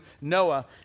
Noah